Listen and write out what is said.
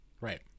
Right